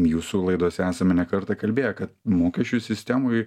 jūsų laidose esame ne kartą kalbėję kad mokesčių sistemoj